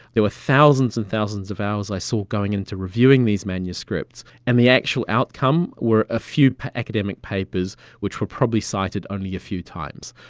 there were thousands and thousands of hours i saw going into reviewing these manuscripts, and the actual outcome were a few academic papers which were probably cited only a few times.